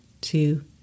two